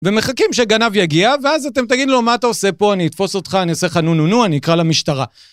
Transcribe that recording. ומחכים שגנב יגיע, ואז אתם תגידו לו, מה אתה עושה פה, אני אתפוס אותך, אני אעשה לך נו נו נו, אני אקרא למשטרה.